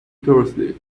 thursday